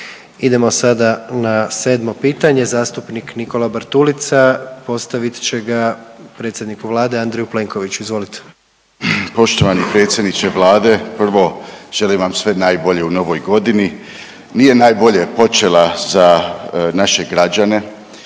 Idemo sada na 7 pitanje, zastupnika Nikola Bartulica postavit će ga predsjedniku Vlade Andreju Plenkoviću. Izvolite. **Bartulica, Stephen Nikola (DP)** Poštovani predsjedniče Vlade, prvo želim vam sve najbolje u Novoj godini, nije najbolje počela za naše građane.